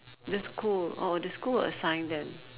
the school oh the school will assign them